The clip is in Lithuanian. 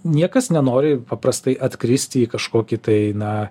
niekas nenori paprastai atkristi į kažkokį tai na